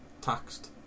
taxed